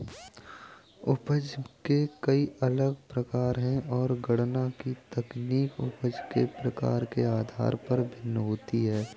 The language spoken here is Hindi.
उपज के कई अलग प्रकार है, और गणना की तकनीक उपज के प्रकार के आधार पर भिन्न होती है